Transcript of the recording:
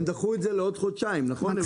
הם דחו את זה לעוד חודשיים, נכון?